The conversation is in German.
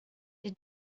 der